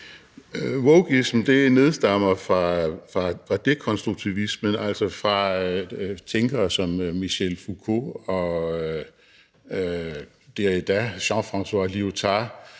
Wokeismen nedstammer fra dekonstruktivismen, altså fra tænkere som Michel Foucault, Derrida og Jean-Francois Lyotard,